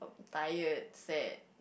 tired sad